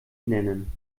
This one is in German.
nennen